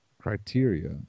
criteria